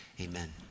amen